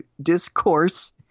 discourse